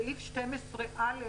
סעיף 12א(א),